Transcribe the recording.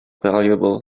valuable